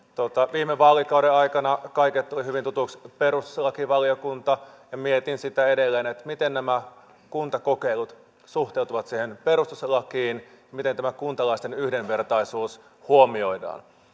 viime vaalikauden aikana kaikille tuli hyvin tutuksi perustuslakivaliokunta ja mietin edelleen miten nämä kuntakokeilut suhteutuvat siihen perustuslakiin miten tämä kuntalaisten yhdenvertaisuus huomioidaan